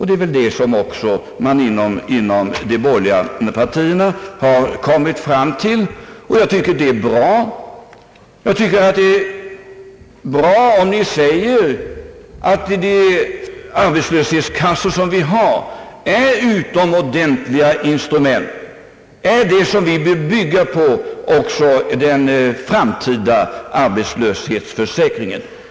Det är väl detta som man också inom de borgerliga partierna har kommit fram till, och jag tycker att detta är bra, om man där säger, att de arbetslöshetskassor som finns är utomordentligt goda instrument och att vi också vill bygga den framtida arbetslöshetsförsäkringen på dem.